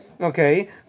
okay